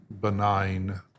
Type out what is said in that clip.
benign